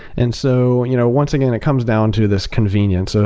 and so you know once again, it comes down to this convenience. ah